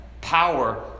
power